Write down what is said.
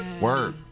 word